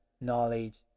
knowledge